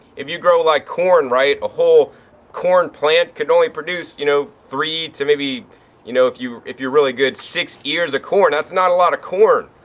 if you grow like corn, right, a whole corn plant could only produce, you know, three to maybe you know if you, if you're really good, six ears of corn. that's not a lot of corn,